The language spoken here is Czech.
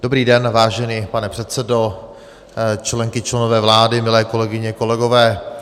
Dobrý den vážený pane předsedo, členky, členové vlády, milé kolegyně, kolegové.